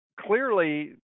clearly